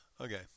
Okay